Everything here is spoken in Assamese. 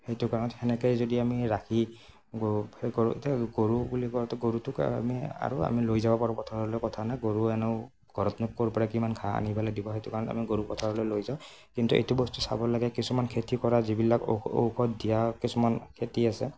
সেইটো কাৰণত সেনেকৈয়ে যদি আমি ৰাখি গৰুক সেই কৰোঁ এতিয়া গৰু বুলি কওঁতে গৰুটোক আমি আৰু আমি লৈ যাব পাৰোঁ পথাৰলৈ কথা নাই গৰু এনেও ঘৰতনো ক'ৰ পৰা কিমান ঘাঁহ আনিব পেলাই দিব সেইটো কাৰণে আমি গৰু পথাৰলৈ লৈ যাওঁ কিন্তু এইটো বস্তু চাব লাগে কিছুমান খেতি কৰা যিবিলাক ঔষধ ঔষধ দিয়া কিছুমান খেতি আছে